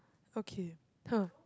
okay hmm